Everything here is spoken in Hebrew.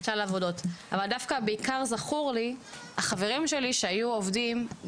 אני זוכרת שלפני עשרים שנה החברים שלי עבדו,